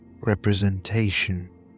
representation